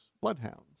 bloodhounds